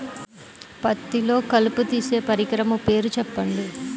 పత్తిలో కలుపు తీసే పరికరము పేరు చెప్పండి